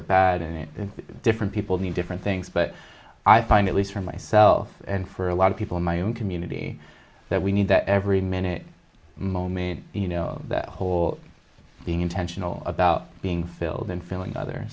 are bad and different people need different things but i find at least for myself and for a lot of people in my own community that we need that every minute moment you know that whole or being intentional about being filled and